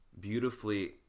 beautifully